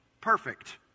perfect